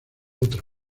otra